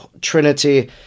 Trinity